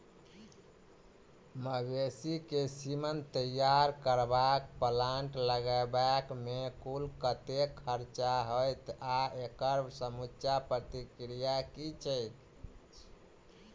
मवेसी केँ सीमन तैयार करबाक प्लांट लगाबै मे कुल कतेक खर्चा हएत आ एकड़ समूचा प्रक्रिया की छैक?